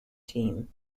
team